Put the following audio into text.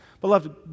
Beloved